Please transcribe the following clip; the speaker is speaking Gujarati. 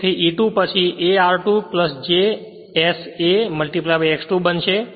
તેથી E2 પછી a r2 j s a X 2 બનશે